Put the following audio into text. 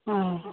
हँ